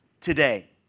today